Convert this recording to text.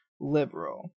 liberal